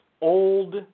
old